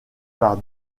par